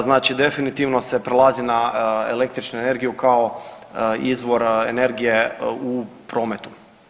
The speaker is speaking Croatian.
Znači definitivno se prelazi na električnu energiju kao izvor energije u prometu.